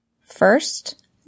First